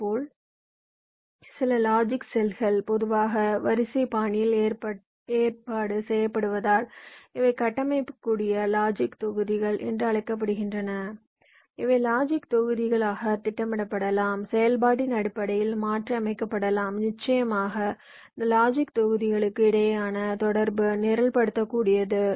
இதேபோல் சில லாஜிக் செல்கள் பொதுவாக வரிசை பாணியில் ஏற்பாடு செய்யப்படுவதால் இவை கட்டமைக்கக்கூடிய லாஜிக் தொகுதிகள் என்று அழைக்கப்படுகின்றன இவை லாஜிக் தொகுதிகள் ஆக திட்டமிடப்படலாம் செயல்பாட்டின் அடிப்படையில் மாற்றியமைக்கப்படலாம் நிச்சயமாக இந்த லாஜிக் தொகுதிகளுக்கு இடையிலான தொடர்பு நிரல்படுத்தக்கூடியது